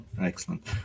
Excellent